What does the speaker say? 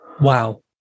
wow